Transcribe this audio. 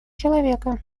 человека